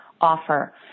offer